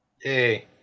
Hey